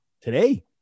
today